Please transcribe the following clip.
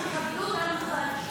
תכבדו את המאבק שלי.